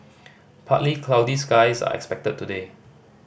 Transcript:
partly cloudy skies are expected today